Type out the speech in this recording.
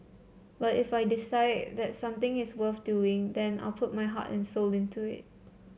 but if I decide that something is worth doing then I'll put my heart and soul into it